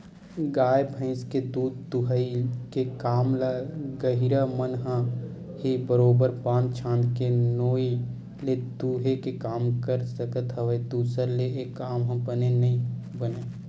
गाय भइस के दूद दूहई के काम ल गहिरा मन ह ही बरोबर बांध छांद के नोई ले दूहे के काम कर सकत हवय दूसर ले ऐ काम ह बने नइ बनय